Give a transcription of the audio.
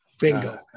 Bingo